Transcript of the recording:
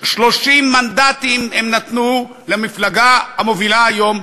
30 מנדטים הם נתנו למפלגה המובילה היום,